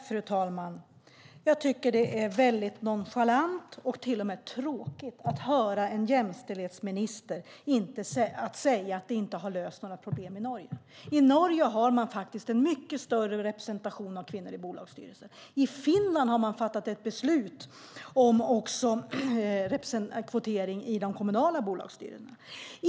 Fru talman! Jag tycker att det är väldigt nonchalant, till och med tråkigt att höra en jämställdhetsminister säga att det inte har löst något problem i Norge. I Norge har man faktiskt en mycket större representation av kvinnor i bolagsstyrelser. I Finland har man fattat ett beslut om kvotering också i de kommunala bolagsstyrelserna.